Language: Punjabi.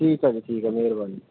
ਠੀਕ ਆ ਜੀ ਠੀਕ ਆ ਮਿਹਰਬਾਨੀ